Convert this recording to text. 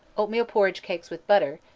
oatmeal porridge cakes with butter,